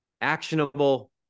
actionable